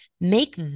make